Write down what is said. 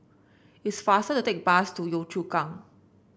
it's faster to take bus to Yio Chu Kang